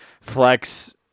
flex